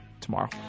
tomorrow